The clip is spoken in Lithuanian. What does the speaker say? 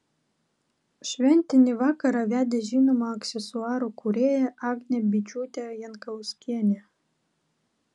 šventinį vakarą vedė žinoma aksesuarų kūrėja agnė byčiūtė jankauskienė